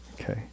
Okay